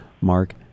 Mark